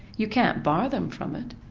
you can't bar them from it,